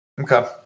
Okay